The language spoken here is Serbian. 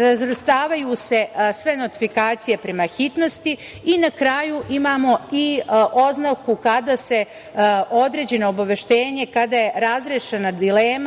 razvrstavaju se sve notifikacije prema hitnosti i na kraju imamo i oznaku kada se određeno obaveštenje kada je razrešena dilema